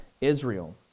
Israel